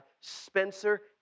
Spencer